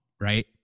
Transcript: Right